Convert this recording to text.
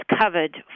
covered